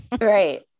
Right